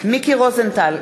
מיקי רוזנטל,